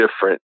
different